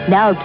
Now